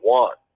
one